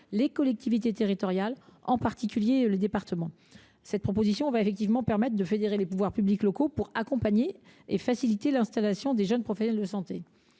les collectivités territoriales, en particulier le département. Cette proposition va permettre de fédérer les pouvoirs publics locaux pour accompagner et faciliter l’arrivée de jeunes professionnels de santé.